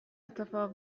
اتفاق